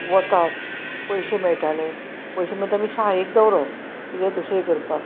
वतात पयशे मेळटाले पयशे मेळ ते आमी शाळेक दवरप किदें दुसरें करपाक